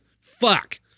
Fuck